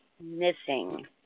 missing